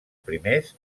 primers